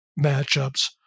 matchups